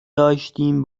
داشتیم